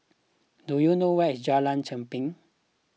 do you know where is Jalan Cherpen